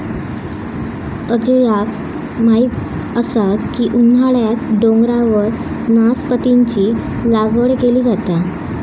अजयाक माहीत असा की उन्हाळ्यात डोंगरावर नासपतीची लागवड केली जाता